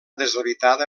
deshabitada